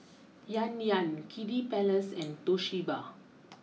Yan Yan Kiddy Palace and Toshiba